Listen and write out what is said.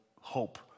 hope